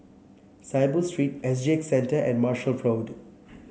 Saiboo Street S G X Centre and Marshall Road